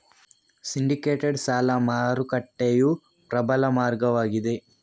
syndicated ಸಾಲ ಮಾರುಕಟ್ಟೆಯು ಪ್ರಬಲ ಮಾರ್ಗವಾಗಿದೆ